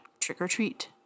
trick-or-treat